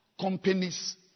companies